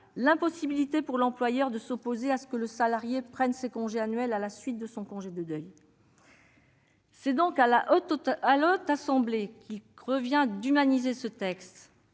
l'impossibilité pour l'employeur de s'opposer, dans le meilleur des cas, à ce que le salarié prenne ses congés annuels à la suite de son congé de deuil. C'est donc à la Haute Assemblée qu'il revient d'humaniser ce texte,